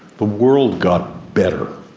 the world got better.